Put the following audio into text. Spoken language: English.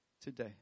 today